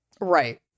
Right